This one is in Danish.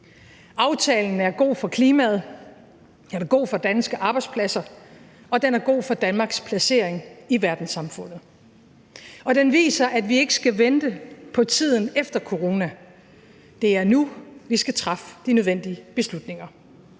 Aftalen er god for klimaet, den er god for danske arbejdspladser, den er god for Danmarks placering i verdenssamfundet, og den viser, at vi ikke skal vente på tiden efter corona. Det er nu, vi skal træffe de nødvendige beslutninger,